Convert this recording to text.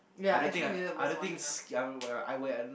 I don't think I I don't thinks I'm well I will